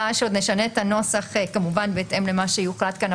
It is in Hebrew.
לשנות את הנוסח בהתאם למה שיוחלט כאן.